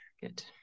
Good